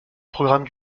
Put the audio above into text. programme